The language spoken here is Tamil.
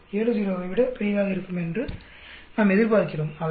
70 ஐ விட பெரியதாக இருக்கும் என்று நாம் எதிர்பார்க்கிறோம்